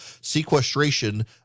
Sequestration